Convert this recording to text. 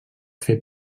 fer